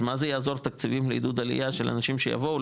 אז מה זה יעזור תקציבים לעידוד עלייה לאנשים שיבואו,